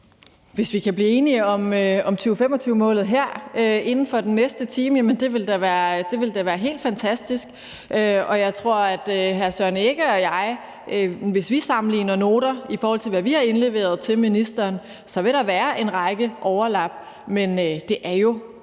hvis vi kan blive enige om 2025-målet her inden for den næste time, vil det da være helt fantastisk. Og jeg tror, at hvis hr. Søren Egge Rasmussen og jeg sammenligner noter, i forhold til hvad vi har indleveret til ministeren, så vil der være en række overlap, men det er jo